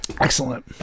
Excellent